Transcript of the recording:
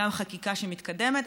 גם חקיקה שמתקדמת,